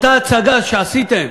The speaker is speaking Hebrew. אותה הצגה שעשיתם?